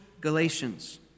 Galatians